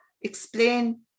explain